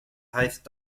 heißt